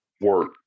work